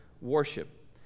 worship